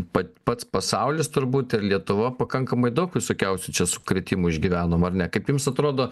pat pats pasaulis turbūt ir lietuva pakankamai daug visokiausių čia sukrėtimų išgyvenom ar ne kaip jums atrodo